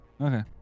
Okay